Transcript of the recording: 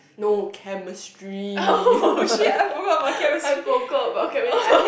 no chemistry I forgot about chemistry I hate